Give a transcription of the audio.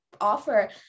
offer